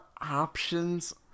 options